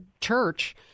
church